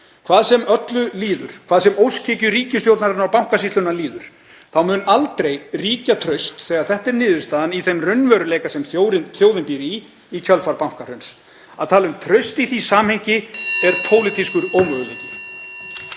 Hvað sem öllu líður, hvað sem óskhyggju ríkisstjórnarinnar og Bankasýslunnar líður, þá mun aldrei ríkja traust þegar þetta er niðurstaðan í þeim raunveruleika sem þjóðin býr í í kjölfar bankahruns. Að tala um traust í því samhengi er pólitískur ómöguleiki.